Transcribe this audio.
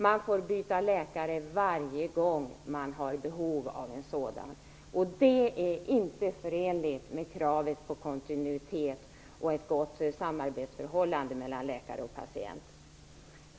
Man får byta läkare varje gång man har behov av en sådan. Det är inte förenligt med kravet på kontinuitet och ett gott samarbetsförhållande mellan läkare och patient.